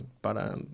para